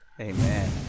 Amen